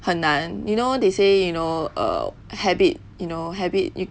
很难 you know they say you know a habit you know habit you